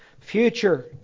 future